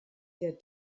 der